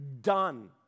done